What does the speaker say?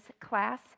class